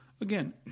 Again